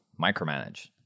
micromanage